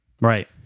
right